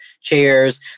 chairs